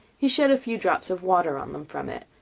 he shed a few drops of water on them from it,